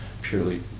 purely